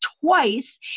twice